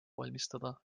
valmistada